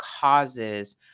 causes